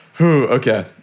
Okay